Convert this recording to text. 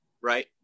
right